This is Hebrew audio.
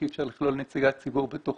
שאי אפשר לכלול נציגת ציבור בתוכו.